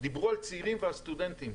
דיברו על צעירים ועל סטודנטים.